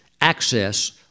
access